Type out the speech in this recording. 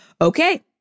okay